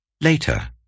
Later